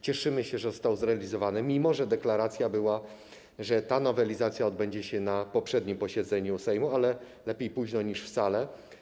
Cieszymy się, że został zrealizowany, mimo że była deklaracja, że ta nowelizacja odbędzie się na poprzednim posiedzeniu Sejmu, ale lepiej późno niż wcale.